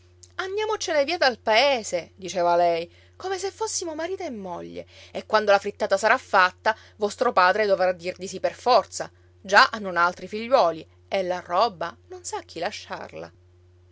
andiamocene via dal paese diceva lei come se fossimo marito e moglie e quando la frittata sarà fatta vostro padre dovrà dir di sì per forza già non ha altri figliuoli e la roba non sa a chi lasciarla